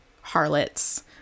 Harlots